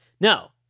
No